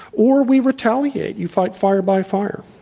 or we retaliate. you fight fire by fire.